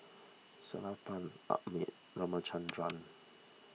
Sellapan Amit Ramchundra